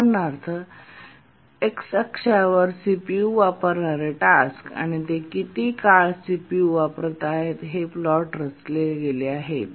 उदाहरणार्थ X अक्षावर CPU वापरणारे टास्क आणि ते किती काळ सीपीयू वापरत आहेत हे प्लॉट रचले गेले आहे